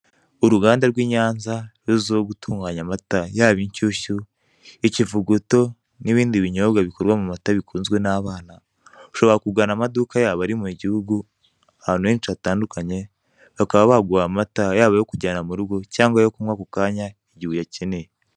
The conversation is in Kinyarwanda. Uruganda rw'Inyanza ruzwiho gutunganya amata yaba inshyushyu, ikivuguto n'ibindi binyobwa bikorwa mumata bikunzwe n'abana, ushobora kugana amaduka yabo ari mugihugu, ahantu henshi hatandukanye bakaba baguha amata yaba ayo kujyana murugo cyangwa ayo kunywa ako kanya mugihe uyakeye.